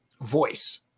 voice